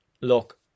Look